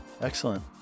Excellent